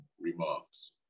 remarks